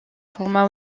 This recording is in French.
format